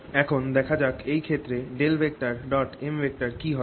এখন দেখা যাক এই ক্ষেত্রে M কি হবে